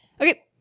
okay